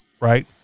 right